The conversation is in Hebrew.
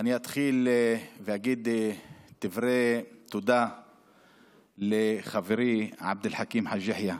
אני אתחיל ואגיד דברי תודה לחברי עבד אל חכים חאג' יחיא,